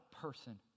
person